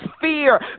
fear